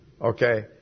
Okay